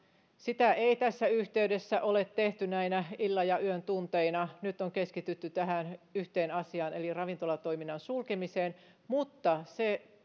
sitä ei tässä yhteydessä ole tehty näinä illan ja yön tunteina nyt on keskitytty tähän yhteen asiaan eli ravintolatoiminnan sulkemiseen mutta se